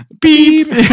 Beep